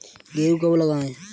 गेहूँ कब लगाएँ?